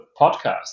podcast